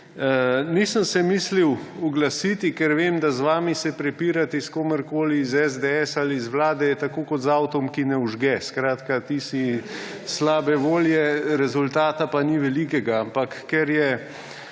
Nisem se mislil oglasiti, ker vem, da z vami se prepirati, s komerkoli iz SDS ali iz vlade, je tako kot z avtom, ki ne vžge. Skratka, ti si slabe volje, rezultata pa ni velikega. Ampak ker je